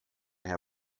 herr